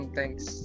Thanks